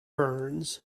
burns